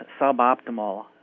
suboptimal